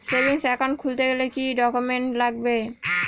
Savings account খুলতে গেলে কি কি ডকুমেন্টস লাগবে?